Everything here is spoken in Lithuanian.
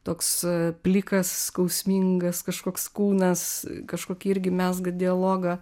toks plikas skausmingas kažkoks kūnas kažkokie irgi mezga dialogą